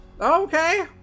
Okay